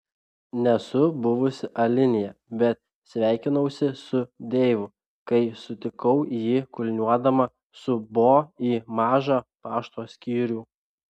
nesu buvusi alinėje bet sveikinausi su deivu kai sutikau jį kulniuodama su bo į mažą pašto skyrių